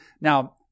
Now